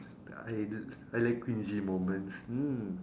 I li~ I like cringy moments mm